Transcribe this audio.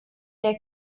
der